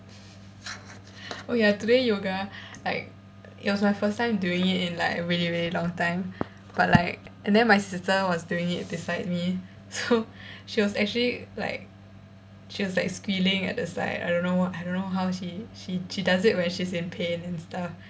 oh ya today yoga like it was my first time doing it in like really really long time but like and then my sister was doing it beside me so she was actually like she was like squealing at the side I don't know I don't know how she she she does it when she's pain and stuff